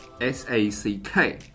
S-A-C-K